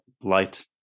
light